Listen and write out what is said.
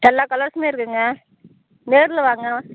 எல்லா கலர்ஸுமே இருக்குங்க நேரில் வாங்க